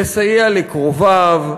לסייע לקרוביו,